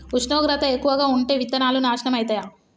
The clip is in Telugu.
ఉష్ణోగ్రత ఎక్కువగా ఉంటే విత్తనాలు నాశనం ఐతయా?